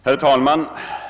Herr talman!